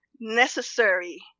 necessary